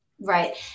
Right